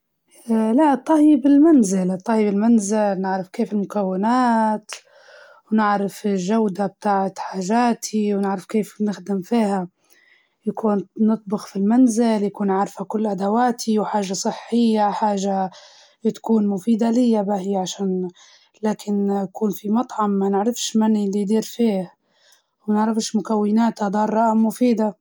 المطعم طبعا، المطاعم حلوة، ومتنوعة، وكل يوم نكتشف مكان جديد وطبق جديد، الطبخ حلو بس ما يعطيني نفس الإحساس في الطلعة للمطعم مع الأصدقاء و